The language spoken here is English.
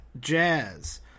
Jazz